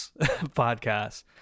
podcast